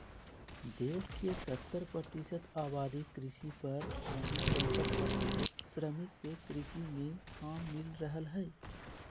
देश के सत्तर प्रतिशत आबादी कृषि पर, वहीं चौसठ प्रतिशत श्रमिक के कृषि मे काम मिल रहल हई